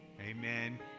amen